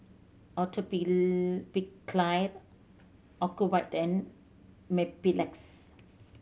Ocuvite and Mepilex